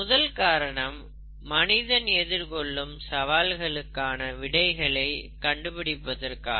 முதல் காரணம் மனிதன் எதிர்கொள்ளும் சவால்களுக்கான விடைகளை கண்டுபிடிப்பதற்காக